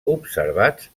observats